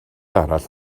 arall